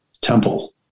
temple